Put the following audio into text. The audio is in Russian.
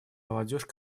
молодежь